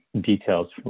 details